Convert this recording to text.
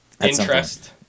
Interest